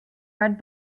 red